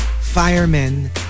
firemen